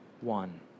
one